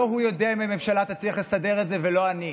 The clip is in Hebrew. לא הוא יודע אם הממשלה תצליח לסדר את זה ולא אני,